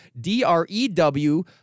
D-R-E-W